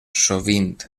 sovint